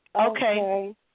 Okay